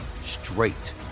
straight